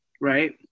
right